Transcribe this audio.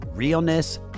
Realness